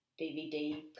DVD